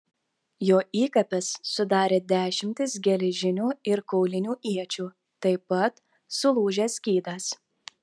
jo įkapes sudarė dešimtis geležinių ir kaulinių iečių taip pat sulūžęs skydas